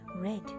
Red